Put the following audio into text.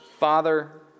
father